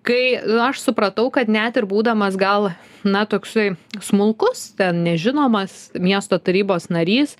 kai aš supratau kad net ir būdamas gal na toksai smulkus ten nežinomas miesto tarybos narys